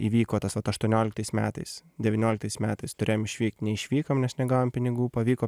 įvyko tas vat aštuonioliktais metais devynioliktais metais turėjom išvykt neišvykom nes negavom pinigų pavyko